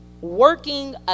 working